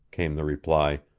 came the reply.